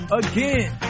again